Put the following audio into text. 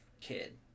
kid